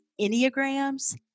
Enneagrams